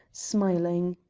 smiling.